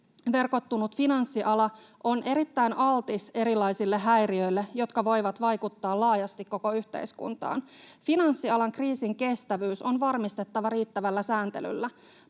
verkottunut finanssiala on erittäin altis erilaisille häiriöille, jotka voivat vaikuttaa laajasti koko yhteiskuntaan. Finanssialan kriisinkestävyys on varmistettava riittävällä sääntelyllä.